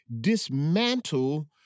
dismantle